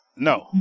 No